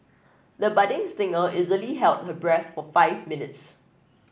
the budding singer easily held her breath for five minutes